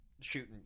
shooting